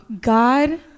god